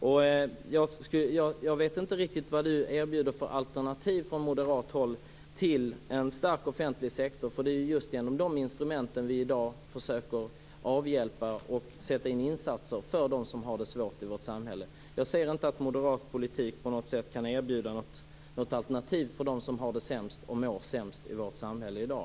Jag vet inte riktigt vilket alternativ Leif Carlson erbjuder från moderat håll till en stark offentlig sektor - för det är ju just genom det instrumentet vi i dag försöker hjälpa och sätta in insatser för dem som har det svårt i vårt samhälle. Jag ser inte att moderat politik på något sätt kan erbjuda något alternativ åt dem som har det sämst och mår sämst i vårt samhälle i dag.